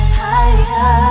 higher